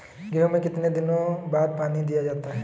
गेहूँ में कितने दिनों बाद पानी दिया जाता है?